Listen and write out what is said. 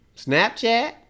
Snapchat